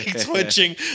Twitching